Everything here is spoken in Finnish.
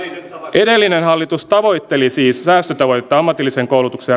edellinen hallitus tavoitteli siis säästötavoitetta ammatilliseen koulutukseen